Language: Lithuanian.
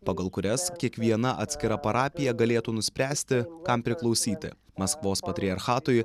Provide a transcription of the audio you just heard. pagal kurias kiekviena atskira parapija galėtų nuspręsti kam priklausyti maskvos patriarchatui